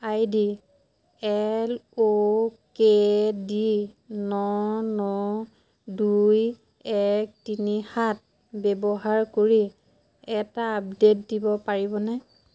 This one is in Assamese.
আই D L O K D N N দুই এক তিনি সাত ব্যৱহাৰ কৰি এটা আপডে'ট দিব পাৰিবনে